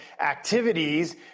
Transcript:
activities